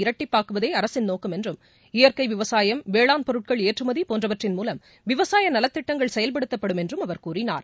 இரட்டிப்பாக்குவதேஅரசின் நோக்கம் என்றும் இயற்கைவிவசாயம் வேளாண் பொருட்கள் ஏற்றுமதிபோன்றவற்றின் மூலம் விவசாயநலத்திட்டங்கள் செயல்படுத்தப்படும் என்றுஅவர் கூறினார்